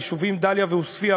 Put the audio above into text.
היישובים דאליה ועוספיא,